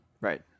Right